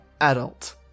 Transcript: adult